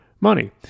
money